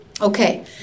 Okay